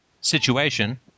situation